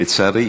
לצערי,